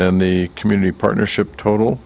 and the community partnership total